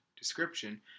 description